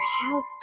house